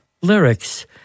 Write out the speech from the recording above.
lyrics